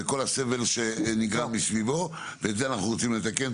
וכול הסבל שנגרם מסביבו, ואת זה אנחנו רוצים לתקן.